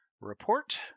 report